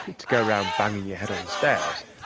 to go around banging your head on stairs.